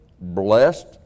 blessed